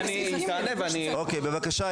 היא תענה ואני בבקשה,